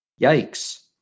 yikes